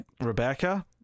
Rebecca